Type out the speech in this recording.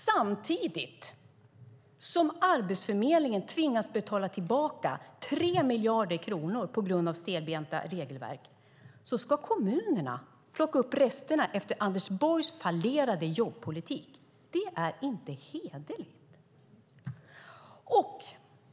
Samtidigt som Arbetsförmedlingen tvingas betala tillbaka 3 miljarder kronor på grund av stelbenta regelverk ska kommunerna plocka upp resterna efter Anders Borgs fallerade jobbpolitik. Det är inte hederligt!